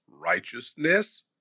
righteousness